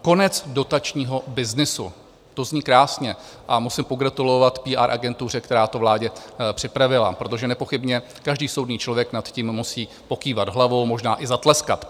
Konec dotačního byznysu to zní krásně a musím pogratulovat PR agentuře, která to vládě připravila, protože nepochybně každý soudný člověk nad tím musí pokývat hlavou, možná i zatleskat.